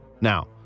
Now